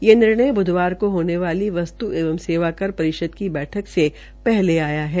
यह निर्णय ब्धवार हो होने वाली वस्त् एवं सेवाकर परिषद की बैठक से पहले आया है